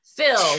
phil